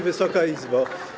Wysoka Izbo!